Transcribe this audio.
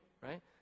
right